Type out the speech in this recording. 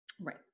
Right